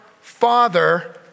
Father